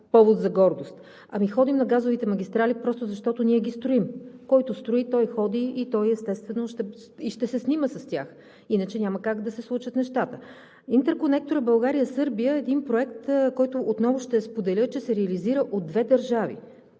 повод за гордост. Ами ходим на газовите магистрали просто защото ние ги строим! Който строи, той ходи и, естествено, той ще се снима с тях, иначе няма как да се случат нещата. Интерконекторът България – Сърбия е проект, който отново ще споделя, че се реализира от две държави.